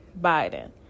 Biden